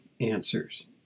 answers